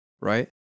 right